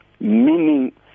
meaning